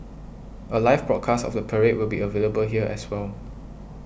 a live broadcast of the parade will be available here as well